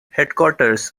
headquarters